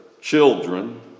children